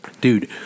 Dude